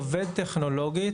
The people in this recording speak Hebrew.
עובד טכנולוגית,